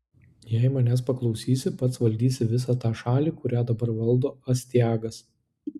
jei manęs paklausysi pats valdysi visą tą šalį kurią dabar valdo astiagas